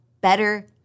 better